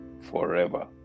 forever